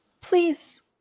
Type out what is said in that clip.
please